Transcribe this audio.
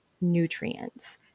nutrients